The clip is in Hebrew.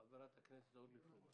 חברת הכנסת אורלי פרומן,